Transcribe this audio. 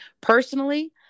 Personally